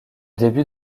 début